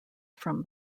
from